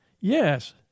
Yes